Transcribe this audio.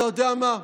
אתה יודע מה,